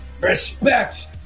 respect